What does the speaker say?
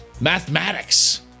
mathematics